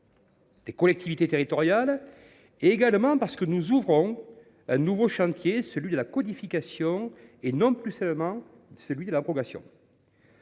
des collectivités territoriales. Par ailleurs, nous ouvrons un nouveau chantier : celui de la codification et non plus seulement de l’abrogation.